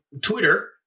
Twitter